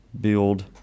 build